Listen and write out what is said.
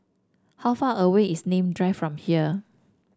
how far away is Nim Drive from here